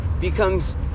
becomes